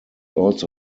also